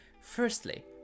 Firstly